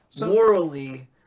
morally